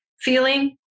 feeling